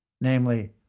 namely